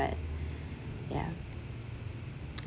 but yeah